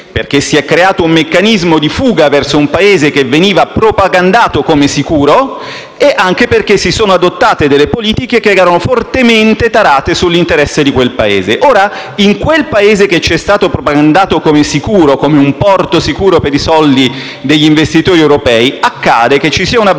Perché si è creato un meccanismo di fuga verso un Paese che veniva propagandato come sicuro, e anche perché si sono adottate delle politiche che erano fortemente tarate sull'interesse di quel Paese. Ora, in quel Paese che ci è stato propagandato come un porto sicuro per i soldi degli investitori europei, accade che ci sia una banca,